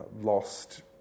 Lost